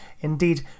Indeed